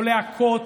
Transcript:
לא להכות,